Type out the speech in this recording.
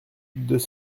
deux